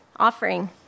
offering